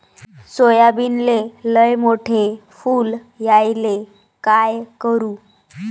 सोयाबीनले लयमोठे फुल यायले काय करू?